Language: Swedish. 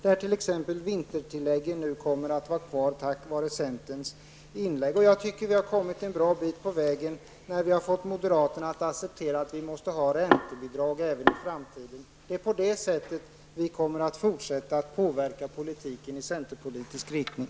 Vintertillägget kommer t.ex. att vara kvar tack vare centerns inlägg. Vi har kommit en bra bit på vägen när vi har fått moderaterna att acceptera att vi måste ha räntebidrag även i framtiden. Det är på det sättet vi kommer att fortsätta att påverka politiken i centerpolitisk riktning.